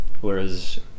whereas